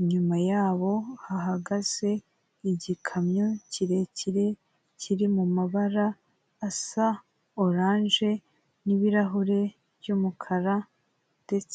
inyuma yabo hahagaze igikamyo kirekire kiri mu mabara asa oranje n'ibirahure by'umukara ndetse.